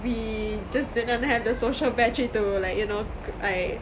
we just didn't have the social battery to like you know like